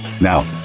Now